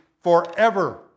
forever